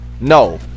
no